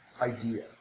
idea